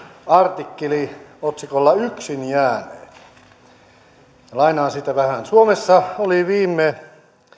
artikkeli otsikolla yksin jääneet lainaan siitä vähän suomessa oli viime